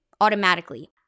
automatically